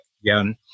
again